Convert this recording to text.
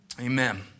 Amen